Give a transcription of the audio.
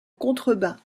contrebas